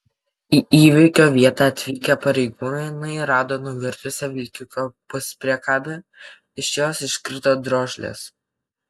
į įvykio vietą atvykę pareigūnai rado nuvirtusią vilkiko puspriekabę iš jos iškrito drožlės